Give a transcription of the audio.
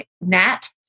Nat